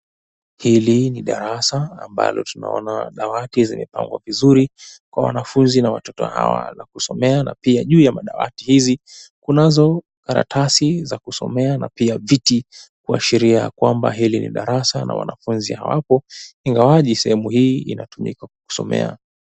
Hili ni darasa ambalo tunaona dawati zimepangwa vizuri kwa wanafunzi na watoto hawa na kusomea. Na pia juu ya madawati hizi kunazo karatasi za kusomea na pia viti. Kuashiria kwamba hili ni darasa la wanafunzi hawapo, ingawaje sehemu hii inatumika kusomea.